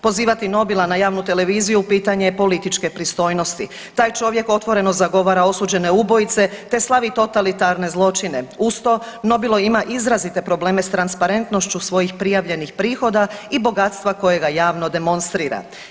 Pozivati Nobila na javnu televiziju pitanje je političke pristojnosti, taj čovjek otvoreno zagovara osuđene ubojice te slavi totalitarne zločine, uz to Nobilo ima izrazite probleme s transparentnošću svojih prijavljenih prihoda i bogatstva kojega javno demonstrira.